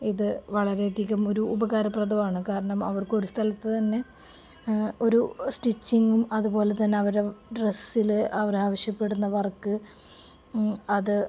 ഇത് വളരെയധികം ഒരു ഉപകാരപ്രദമാണ് കാരണം അവർക്ക് ഒരു സ്ഥലത്ത് തന്നെ ഒരു സ്റ്റിച്ചിങ്ങും അതുപോലെ തന്നെ അവരു ഡ്രെസ്സിൽ അവർ ആവശ്യപ്പെടുന്ന വർക്ക് അത്